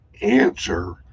answer